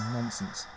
Nonsense